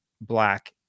black